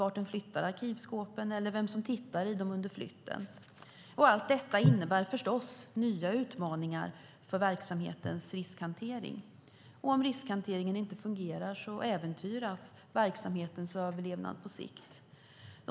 Vart flyttar den arkivskåpen, och vem tittar i dem under flytten? Allt detta innebär förstås nya utmaningar för verksamhetens riskhantering. Om riskhanteringen inte fungerar äventyras verksamhetens överlevnad på sikt.